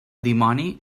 dimoni